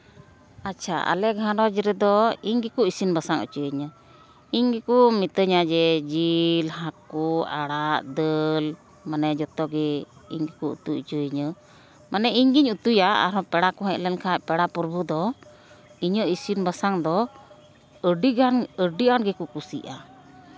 ᱟᱪᱪᱷᱟ ᱟᱞᱮ ᱟᱞᱮ ᱜᱷᱟᱨᱚᱸᱡᱽ ᱨᱮᱫᱚ ᱤᱧ ᱜᱮᱠᱚ ᱤᱥᱤᱱ ᱵᱟᱥᱟᱝ ᱦᱚᱪᱚᱧᱟ ᱤᱧ ᱜᱮᱠᱚ ᱢᱤᱛᱤᱧᱟ ᱡᱮ ᱡᱤᱞ ᱦᱟᱹᱠᱩ ᱟᱲᱟᱜ ᱫᱟᱹᱞ ᱢᱟᱱᱮ ᱡᱚᱛᱚᱜᱮ ᱤᱧ ᱜᱮᱠᱚ ᱩᱛᱩ ᱦᱚᱪᱚᱭᱤᱧᱟᱹ ᱢᱟᱱᱮ ᱤᱧ ᱜᱮᱧ ᱩᱛᱩᱭᱟ ᱢᱟᱱᱮ ᱯᱮᱲᱟ ᱠᱚ ᱦᱮᱡ ᱞᱮᱱᱠᱷᱟᱡ ᱯᱮᱲᱟ ᱯᱚᱨᱵᱷᱩ ᱫᱚ ᱤᱧᱟᱹᱜ ᱤᱥᱤᱱ ᱵᱟᱥᱟᱝ ᱫᱚ ᱟᱹᱰᱤᱜᱟᱱ ᱤᱧᱟᱹᱜ ᱤᱥᱤᱱ ᱵᱟᱥᱟᱝ ᱜᱮᱠᱚ ᱠᱩᱥᱤᱭᱟᱜᱼᱟ